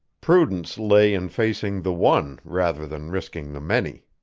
prudence lay in facing the one rather than risking the many.